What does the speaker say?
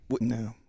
no